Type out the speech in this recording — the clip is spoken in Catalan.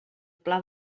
pla